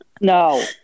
no